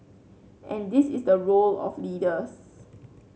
and this is the role of leaders